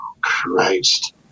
christ